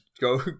go